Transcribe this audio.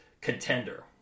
contender